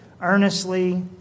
earnestly